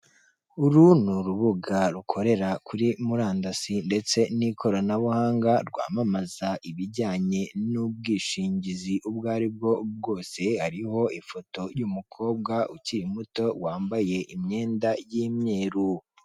Uru ni urubuga rukorera kuri murandasi ndetse n'ikoranabuhanga, rwamamaza ibijyanye n'ubwishingizi ubwo aribwo bwose, hariho ifoto y'umukobwa ukiri muto wambaye imyenda y'imyeru.